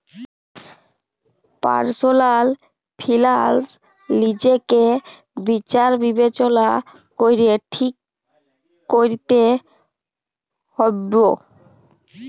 personal finance লিজকে বিচার বিবচলা ক্যরে ঠিক ক্যরতে হুব্যে